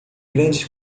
grandes